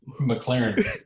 McLaren